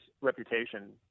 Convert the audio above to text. reputation